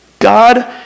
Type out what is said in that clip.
God